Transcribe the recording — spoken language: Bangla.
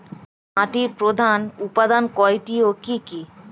মাটির প্রধান উপাদান কয়টি ও কি কি?